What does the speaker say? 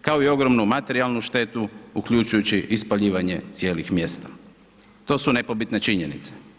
kao i ogromnu materijalnu štetu uključujući i spaljivanje cijelih mjesta, to su nepobitne činjenice.